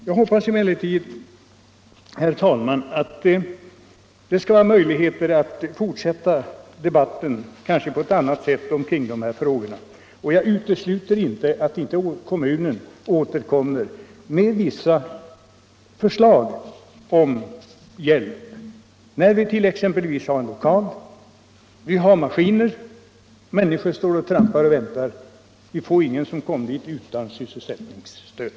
Jag hoppas emellertid, herr talman, att det skall finnas möjligheter att fortsätta debatten, kanske på ett annat sätt, omkring de här frågorna. Jag utesluter inte att kommunen återkommer med vissa förslag om hjälp — när vi t.ex. har en lokal och maskiner. Människor står och trampar och väntar. Men vi får ingen företagare dit utan sysselsättningsstöd.